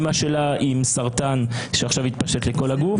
אימא שלה עם סרטן שעכשיו התפשט לכל הגוף